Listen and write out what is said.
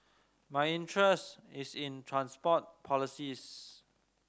my interest is in transport policies